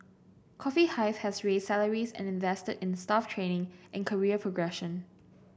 Coffee Hive has raise salaries and invested in staff training and career progression